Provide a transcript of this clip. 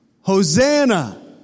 Hosanna